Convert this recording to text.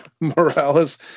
Morales